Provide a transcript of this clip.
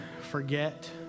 forget